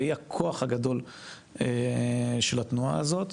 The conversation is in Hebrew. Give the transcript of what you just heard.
והיא הכוח הגדול של התנועה הזאת.